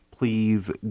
Please